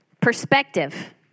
Perspective